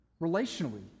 Relationally